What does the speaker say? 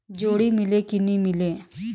जोणी मीले कि नी मिले?